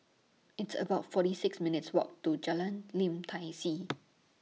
It's about forty six minutes' Walk to Jalan Lim Tai See